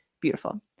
beautiful